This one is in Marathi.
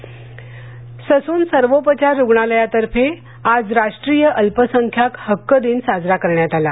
सखन ससून सर्वोपचार रुग्णालयातर्फे आज राष्ट्रीय अल्पसंख्याक हक्क दिन साजरा करण्यात आला